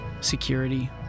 security